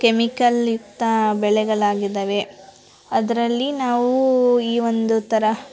ಕೆಮಿಕಲ್ಯುಕ್ತ ಬೆಳೆಗಳಾಗಿದವೆ ಅದರಲ್ಲಿ ನಾವು ಈವೊಂದು ಥರ